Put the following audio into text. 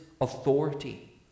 authority